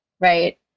right